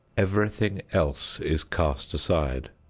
everything else is cast aside.